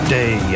day